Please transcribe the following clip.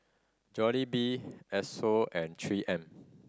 Jollibee Esso and Three M